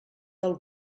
del